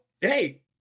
hey